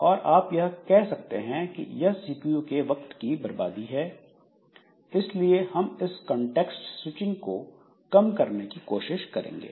और आप यह कह सकते हैं कि यह सीपीयू के वक्त की बर्बादी है इसलिए हम इस कॉन्टेक्स्ट स्विचिंग को कम करने की कोशिश करेंगे